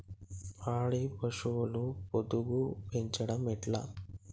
పాడి పశువుల పొదుగు పెంచడం ఎట్లా?